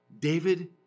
David